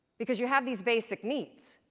because you have these basic needs.